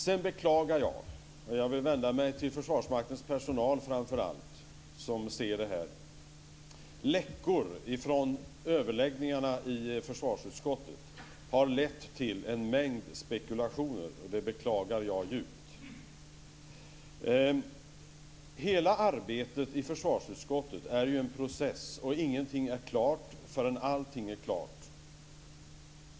Vidare beklagar jag djupt - och jag vill framför allt vända mig till dem i Försvarsmaktens personal som ser det här - att läckor från överläggningarna i försvarsutskottet har lett till en mängd spekulationer. Hela arbetet i försvarsutskottet är en process, och ingenting är klart förrän allting är klart.